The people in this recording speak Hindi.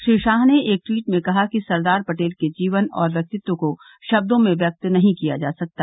श्री शाह ने एक ट्वीट में कहा कि सरदार पटेल के जीवन और व्यक्तित्व को शब्दों में व्यक्त नहीं किया जा सकता